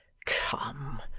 come,